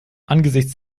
angesichts